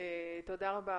תודה רבה,